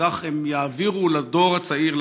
וכך הם יעבירון לדור הצעיר,